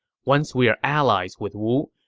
once we are allies with wu,